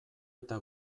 eta